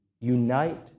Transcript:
Unite